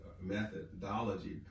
methodology